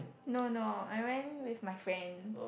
no no I went with my friends